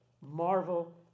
marvel